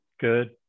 Good